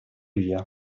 via